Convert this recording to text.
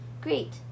Great